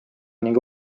ning